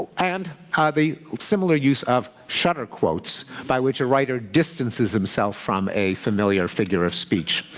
and ah the similar use of shutter quotes, by which a writer distances himself from a familiar figure of speech.